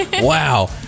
Wow